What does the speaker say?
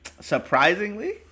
Surprisingly